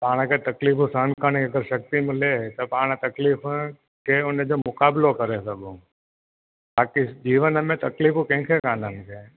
पाण खे तकलीफ़ूं सहिन करण जूं त शक्ती मिले त पाणि तकलीफ़ खे उनजो मुक़ाबलो करे सघूं बाक़ी जीवन में तकलीफ़ूं कंहिंखे कोन आहिनि